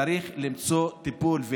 צריך למצוא טיפול.